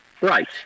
Right